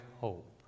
hope